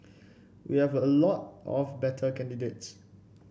we have a lot of better candidates